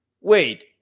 Wait